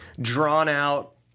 drawn-out